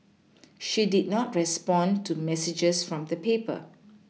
she did not respond to messages from the paper